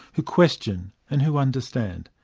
who question and who understand.